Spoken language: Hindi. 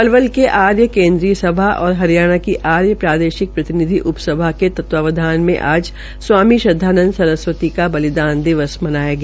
पलवल के आर्य केन्द्रीय सभा और हरियाणा की आर्य प्रादेशिक प्रतिनिधि उपसभा के तत्वाधान मे आज स्वामी श्रदवानंद सरस्वती का बलिदान दिवस मनाया गया